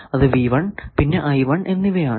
അത് പിന്നെ എന്നിവ ആണ്